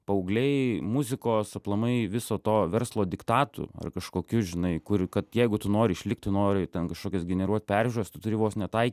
paaugliai muzikos aplamai viso to verslo diktatu ar kažkokiu žinai kur kad jeigu tu nori išlikti nori ten kažkokias generuot peržiūras tu turi vos ne taiky